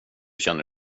känner